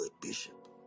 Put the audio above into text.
Bishop